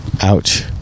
Ouch